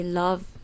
love